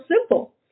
simple